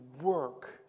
work